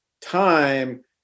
time